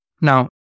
Now